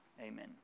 Amen